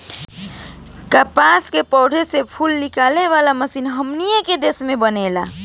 कपास के पौधा से फूल के निकाले वाला मशीनों हमनी के देश में बनेला